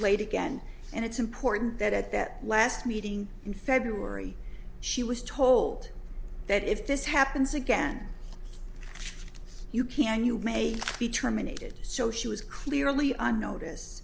late again and it's important that at that last meeting in february she was told that if this happens again you can you may be terminated so she was clearly on notice